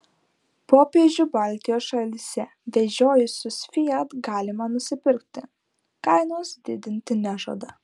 popiežių baltijos šalyse vežiojusius fiat galima nusipirkti kainos didinti nežada